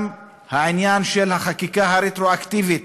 גם העניין של החקיקה הרטרואקטיבית,